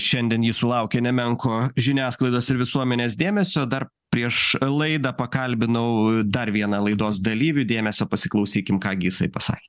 šiandien ji sulaukė nemenko žiniasklaidos ir visuomenės dėmesio dar prieš laidą pakalbinau dar vieną laidos dalyvį dėmesio pasiklausykim ką gi jisai pasakė